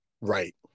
Right